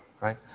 right